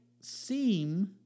seem